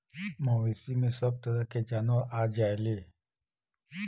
मवेसी में सभ तरह के जानवर आ जायेले